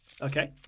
Okay